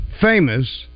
famous